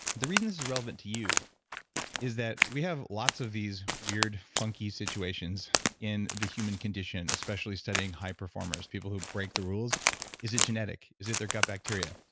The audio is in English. the reason this is relevant to you is that we have lots of these weird funky situations in the human condition especially studying high performers, people who break the rules is it genetic? is it their gut bacteria?